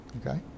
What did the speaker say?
okay